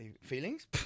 feelings